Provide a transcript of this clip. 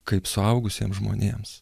kaip suaugusiem žmonėms